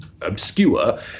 obscure